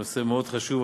זה נושא מאוד חשוב,